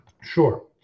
Sure